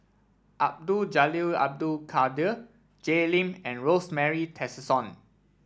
Abdul Jalil Abdul Kadir Jay Lim and Rosemary Tessensohn